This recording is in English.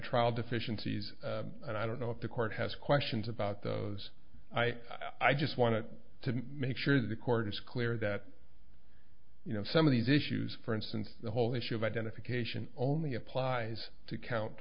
trial deficiencies and i don't know if the court has questions about those i i just wanted to make sure the court is clear that you know some of these issues for instance the whole issue of identification only applies to count